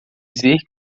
dizer